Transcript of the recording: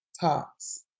Talks